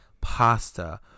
pasta